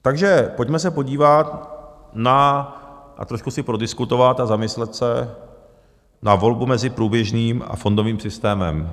Takže pojďme se podívat a trošku si prodiskutovat a zamyslet se nad volbou mezi průběžným a fondovým systémem.